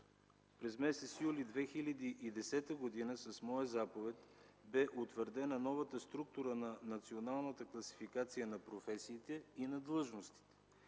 През м. юли 2010 г. с моя заповед бе утвърдена новата структура на Националната класификация на професиите и на длъжностите.